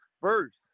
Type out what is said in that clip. first